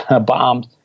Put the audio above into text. bombs